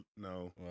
no